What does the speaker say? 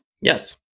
Yes